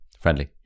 Friendly